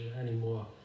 anymore